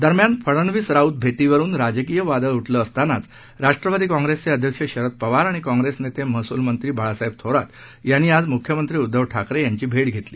दरम्यान फडणवीस राऊत भेटीवरून राजकीय वादळ उठले असतानाच राष्ट्रवादी काँप्रेसचे अध्यक्ष शरद पवार आणि काँप्रेस नेते महसूल मंत्री बाळासाहेब थोरात यांनी आज मुख्यमंत्री उद्दव ठाकरे यांची भेट घेतली